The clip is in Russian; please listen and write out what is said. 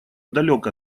далек